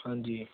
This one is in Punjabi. ਹਾਂਜੀ